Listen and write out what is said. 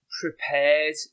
prepared